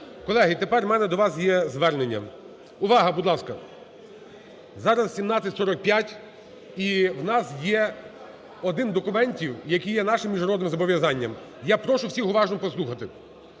Колеги, тепер в мене до вас є звернення. Увага, будь ласка. Зараз 17:45, і в нас є один з документів, який є нашим міжнародним зобов'язанням. Я прошу всіх уважно послухати.